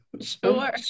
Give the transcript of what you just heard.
Sure